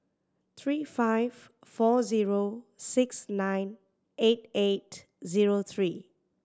three five four zero six nine eight eight zero three